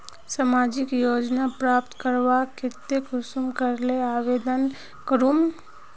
सामाजिक योजना प्राप्त करवार केते कुंसम करे आवेदन करूम?